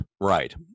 Right